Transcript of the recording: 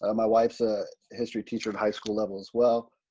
ah my wife's a history teacher at high school level as well.